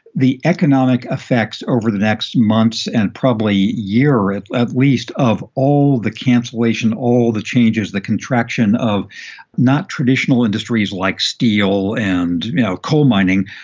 the economic effects over the next months and probably year, or at at least of all the cancellation, all the changes, the contraction of not traditional industries like steel and you know coal mining,